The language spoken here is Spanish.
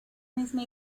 misma